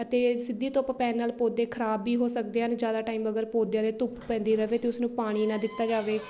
ਅਤੇ ਸਿੱਧੀ ਧੁੱਪ ਪੈਣ ਨਾਲ ਪੌਦੇ ਖਰਾਬ ਵੀ ਹੋ ਸਕਦੇ ਹਨ ਜ਼ਿਆਦਾ ਟਾਈਮ ਅਗਰ ਪੌਦਿਆਂ ਦੇ ਧੁੱਪ ਪੈਂਦੀ ਰਹੇ ਅਤੇ ਉਸਨੂੰ ਪਾਣੀ ਨਾ ਦਿੱਤਾ ਜਾਵੇ